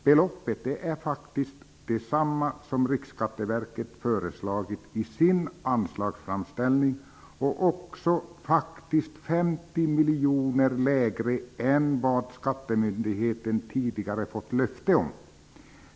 Beloppet är detsamma som Riksskatteverket har föreslagit i sin anslagsframställning och faktiskt 50 miljoner kronor lägre än vad skattemyndigheten tidigare har fått löfte om.